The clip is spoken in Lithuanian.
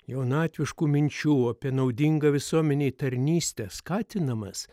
jaunatviškų minčių apie naudingą visuomenei tarnystę skatinamas